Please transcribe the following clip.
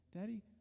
Daddy